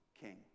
king